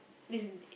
this